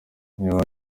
niba